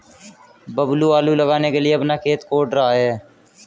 बबलू आलू लगाने के लिए अपना खेत कोड़ रहा है